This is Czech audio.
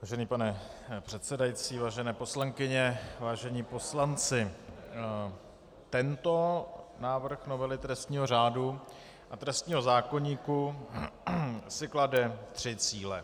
Vážený pane předsedající, vážené poslankyně, vážení poslanci, tento návrh novely trestního řádu a trestního zákoníku si klade tři cíle.